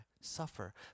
suffer